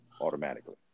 automatically